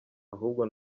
ahubwo